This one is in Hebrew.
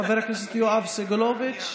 תודה, חבר הכנסת עיסאווי פריג'.